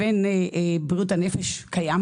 עם בעיות רגשיות מורכבות בשעות אחרי הצוהריים,